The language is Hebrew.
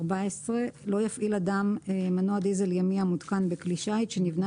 14. לא יפעיל אדם מנוע דיזל ימי המותקן בכלי שיט שנבנה